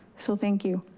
so thank you.